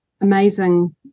amazing